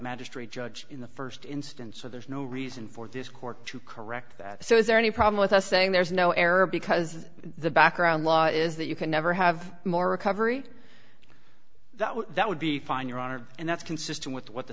magistrate judge in the first instance so there's no reason for this court to correct that so is there any problem with us saying there's no error because the background law is that you can never have more recovery that would that would be fine your honor and that's consistent with what the